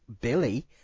Billy